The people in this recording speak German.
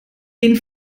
den